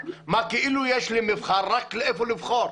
כאילו יש לי מבחר ואני רק צריך לבחור.